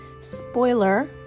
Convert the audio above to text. spoiler